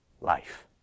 life